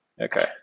Okay